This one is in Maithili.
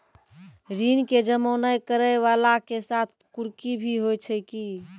ऋण के जमा नै करैय वाला के साथ कुर्की भी होय छै कि?